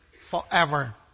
forever